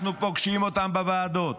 אנחנו פוגשים אותם בוועדות.